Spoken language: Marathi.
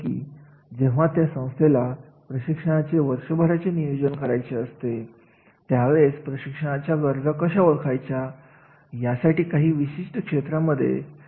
आणि या सर्वांच्या आधारावरून आपण अशा निष्कर्षापर्यंत पोहोचलो की होय प्रशिक्षण सुरू करणे अगोदर आपण प्रशिक्षणाच्या गरजा ओळखून त्याचे मूल्यांकन करणे खूप गरजेचे असते